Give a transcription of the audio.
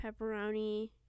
pepperoni